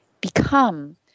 Become